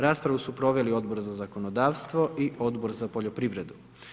Raspravu su proveli Odbor za zakonodavstvo i Odbor za poljoprivredu.